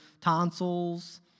tonsils